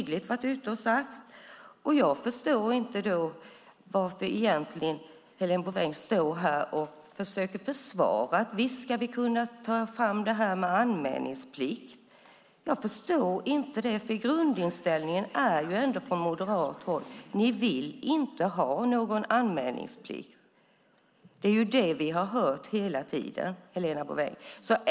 Därför förstår jag egentligen inte varför Helena Bouveng står här och försöker försvara att visst ska vi kunna ta fram det här med anmälningsplikt. Jag förstår inte det, för grundinställningen är ändå från moderat håll att ni inte vill ha någon anmälningsplikt. Det är det vi har hört hela tiden, Helena Bouveng.